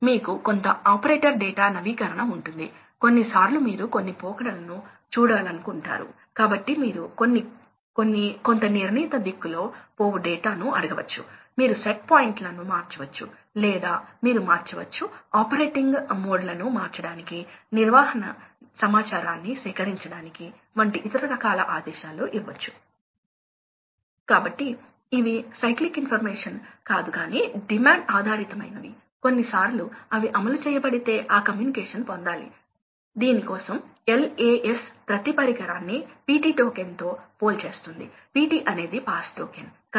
కాబట్టి ఇది ప్రాథమికంగా ఇది పరికరాలను కొనుగోలు చేసే కాపిటల్ కాస్ట్ మరియు ఈ సాంకేతిక పరిజ్ఞానాలు సరిగ్గా స్వీకరించబడతాయో లేదో నిర్ణయించే నిర్వహణ వ్యయం మీద ఉంటుంది కాబట్టి సాంకేతిక పరిజ్ఞానాన్ని చౌకగా చేయడానికి మరియు సాంకేతిక పరిజ్ఞానాన్ని రోబస్ట్ గా చేయడానికి ఇది ఎంత ముఖ్యమో చూపిస్తుంది లేకపోతే అది అవలంబించబడదు